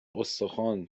استخوان